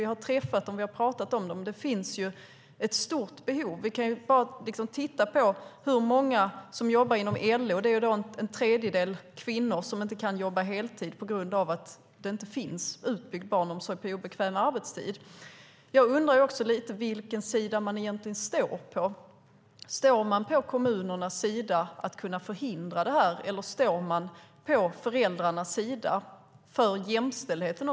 Vi har träffat dem och vi har pratat om dem. Det finns ett stort behov. Se på hur många som jobbar inom LO-området. En tredjedel av kvinnorna kan inte jobba heltid på grund av att det inte finns utbyggd barnomsorg på obekväm arbetstid. Vilken sida står man på? Står man på kommunernas sida för att förhindra en utbyggnad eller står man på föräldrarnas sida - för jämställdheten?